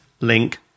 link